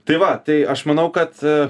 tai va tai aš manau kad